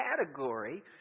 category